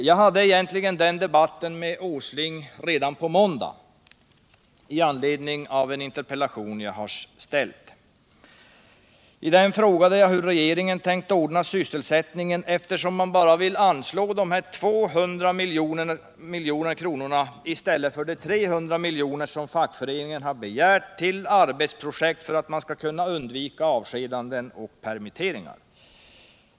Jag förde egentligen den debatten med industriminister Åsling redan i måndags i anledning av en interpellation som jag hade framställt. I den frågade jag hur regeringen tänker ordna sysselsättningen, eftersom man vill anslå bara de här 200 miljonerna i stället för de 300 miljoner som fack föreningen har begärt till arbetsprojekt för att man skall kunna undvika avskedanden och permitteringar.